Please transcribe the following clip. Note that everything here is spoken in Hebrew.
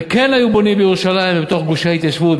וכן היו בונים בירושלים ובגושי ההתיישבות,